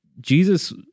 Jesus